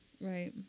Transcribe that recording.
Right